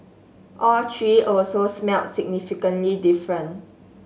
all three also smelled significantly different